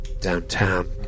downtown